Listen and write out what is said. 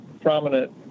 prominent